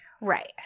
Right